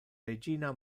regina